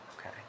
Okay